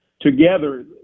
together